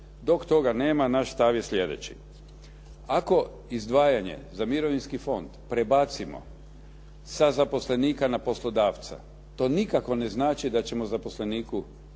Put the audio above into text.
Dok toga nema naš stav je sljedeći. Ako izdvajanje za mirovinski fond prebacimo sa zaposlenika na poslodavca, to nikako ne znači da ćemo zaposleniku, ne mi